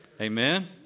Amen